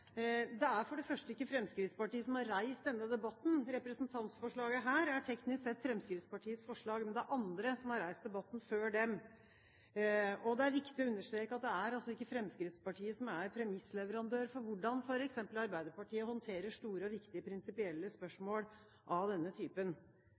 Det er for det første ikke Fremskrittspartiet som har reist denne debatten. Dette representantforslaget er teknisk sett Fremskrittspartiets forslag, men det er andre som har reist debatten før dem. Det er viktig å understreke at det ikke er Fremskrittspartiet som er premissleverandør for hvordan f.eks. Arbeiderpartiet håndterer store og viktige prinsipielle